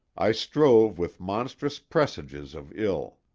i strove with monstrous presages of ill!